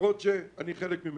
למרות שאני חלק ממנה.